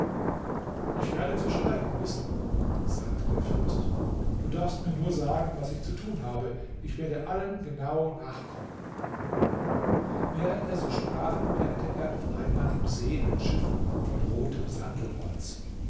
ich werde zu schweigen wissen sagte der fürst du darfst mir nur sagen was ich zu tun habe ich werde allem genau nachkommen während er so sprach bemerkte er auf einmal im see ein schiff von rotem sandelholz